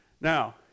Now